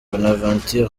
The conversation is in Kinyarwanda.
bonaventure